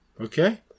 Okay